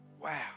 Wow